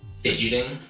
fidgeting